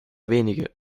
wenige